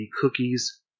Cookies